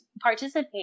participate